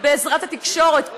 בעזרת התקשורת,